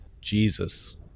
Jesus